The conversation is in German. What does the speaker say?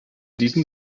diesem